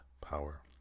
power